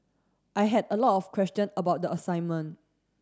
I had a lot of question about the assignment